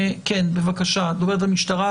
בבקשה, דוברת המשטרה.